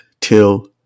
till